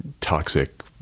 toxic